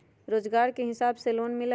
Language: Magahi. रोजगार के हिसाब से लोन मिलहई?